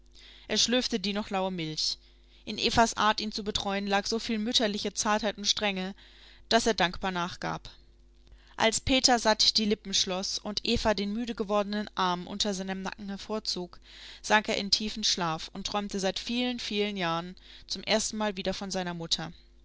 er schlürfte die noch laue milch in evas art ihn zu betreuen lag so viel mütterliche zartheit und strenge daß er dankbar nachgab als peter satt die lippen schloß und eva den müde gewordenen arm unter seinem nacken hervorzog sank er in tiefen schlaf und träumte seit vielen vielen jahren zum erstenmal wieder von seiner mutter